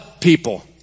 people